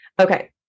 Okay